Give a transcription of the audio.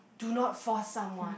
do not force someone